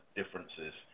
differences